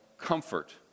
comfort